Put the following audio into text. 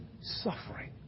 suffering